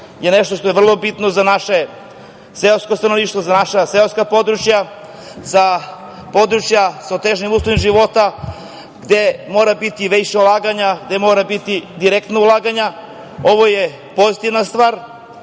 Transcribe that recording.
je nešto što je vrlo bitno za naše seosko stanovništvo, za naša seljačka područja, za područja sa otežanim uslovima života gde mora biti više ulaganja, gde mora biti direktnog ulaganja, ovo je pozitivna stvar. Više